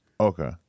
Okay